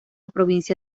provincia